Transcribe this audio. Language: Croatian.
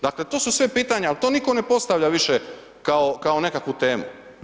Dakle to su sve pitanja ali to nitko ne postavlja više kao nekakvu temu.